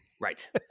Right